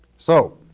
so